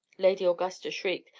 lady augusta shrieked.